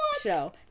show